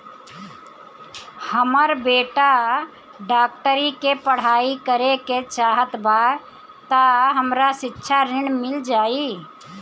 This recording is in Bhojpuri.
हमर बेटा डाक्टरी के पढ़ाई करेके चाहत बा त हमरा शिक्षा ऋण मिल जाई?